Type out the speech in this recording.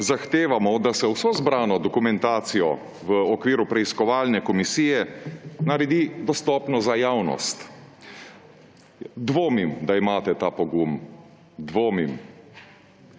zahtevamo, da se vso zbrano dokumentacijo v okviru preiskovalne komisije naredi dostopno za javnost. Dvomim, da imate ta pogum, dvomim.